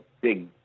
big